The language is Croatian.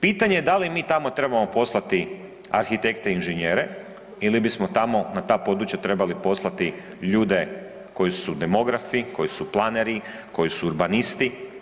Pitanje je da li mi tamo trebamo poslati arhitekte inženjere ili bismo tamo na ta područja trebali poslati ljude koji su demografi, koji su planeri, koji su urbanisti.